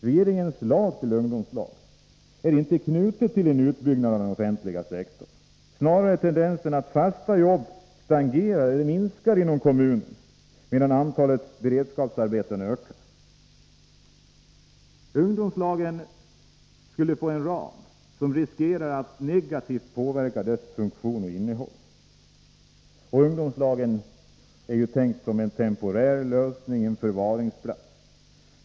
Regeringens förslag när det gäller ungdomslag är inte knutet till en utbyggnad av den offentliga sektorn. Snarare är tendensen den att antalet fasta arbeten minskar i kommunerna, medan antalet beredskapsarbeten ökar. Ungdomslagen skulle få en ram som riskerar att negativt påverka dess funktion och innehåll — ungdomslagen är ju tänkta som en temporär lösning, en förvaringsplats.